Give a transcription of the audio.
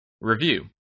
Review